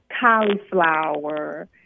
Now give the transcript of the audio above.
cauliflower